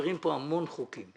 המון חוקים.